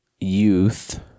youth